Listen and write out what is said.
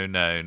no